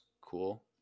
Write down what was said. cool